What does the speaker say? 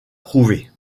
prouvée